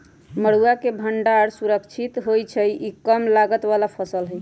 मरुआ के भण्डार सुरक्षित होइ छइ इ कम लागत बला फ़सल हइ